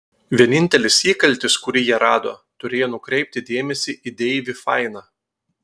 vienintelis įkaltis kurį jie rado turėjo nukreipti dėmesį į deivį fainą